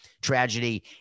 tragedy